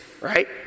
Right